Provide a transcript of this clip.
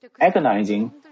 agonizing